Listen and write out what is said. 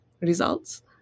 results